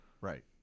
right